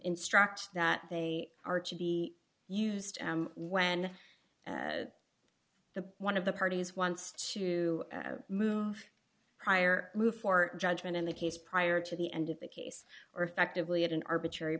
instruct that they are to be used when the one of the parties wants to move prior move for judgment in the case prior to the end of the case or effectively at an arbitrary